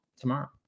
tomorrow